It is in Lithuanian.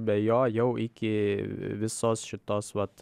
be jo jau iki visos šitos vat